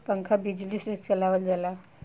पंखा बिजली से चलावल जाला